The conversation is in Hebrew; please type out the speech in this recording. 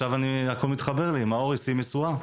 מאור השיא משואה.